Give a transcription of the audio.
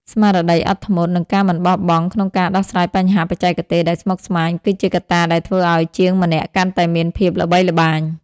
ស្មារតីអត់ធ្មត់ និងការមិនបោះបង់ក្នុងការដោះស្រាយបញ្ហាបច្ចេកទេសដែលស្មុគស្មាញ គឺជាកត្តាដែលធ្វើឱ្យជាងម្នាក់កាន់តែមានភាពល្បីល្បាញ។